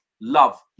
love